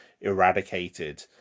eradicated